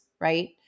right